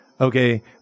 okay